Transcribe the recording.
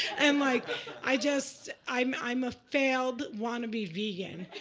and like i just, i'm i'm a failed wannabe vegan.